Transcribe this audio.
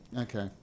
Okay